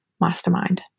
Mastermind